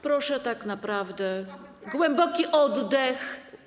Proszę tak naprawdę wziąć głęboki oddech.